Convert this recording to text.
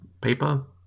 paper